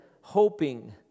hoping